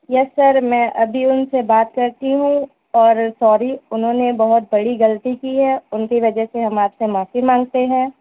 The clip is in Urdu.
یس سر میں ابھی ان سے بات کرتی ہوں اور سوری انہوں نے بہت بڑی غلطی کی ہے ان کی وجہ سے ہم آپ سے معافی مانگتے ہیں